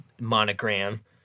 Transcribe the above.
monogram